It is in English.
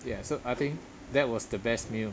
ya so I think that was the best meal